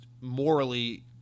morally